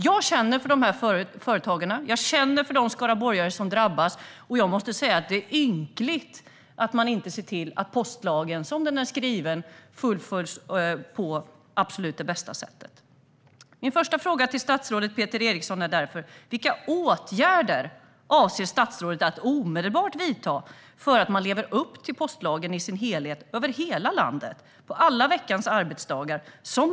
Jag känner för dessa företag. Jag känner för de skaraborgare som drabbas. Jag måste säga att det är ynkligt att inte se till att man lever upp till postlagen, som den är skriven, på absolut bästa sätt. Min första fråga till statsrådet Peter Eriksson är därför: Vilka åtgärder avser statsrådet att omedelbart vidta för att man ska leva upp till postlagen i dess helhet - över hela landet och alla veckans arbetsdagar?